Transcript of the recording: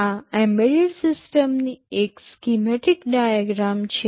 આ એમ્બેડેડ સિસ્ટમની એક સ્કીમેટીક ડાયાગ્રામ છે